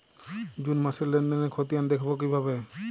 June মাসের লেনদেনের খতিয়ান দেখবো কিভাবে?